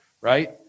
right